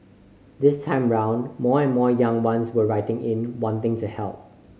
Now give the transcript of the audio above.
this time round more and more young ones were writing in wanting to help